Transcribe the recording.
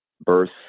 Birth